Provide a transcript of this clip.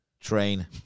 train